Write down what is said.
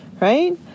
right